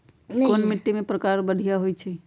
कोन मिट्टी के प्रकार बढ़िया हई?